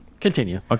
Continue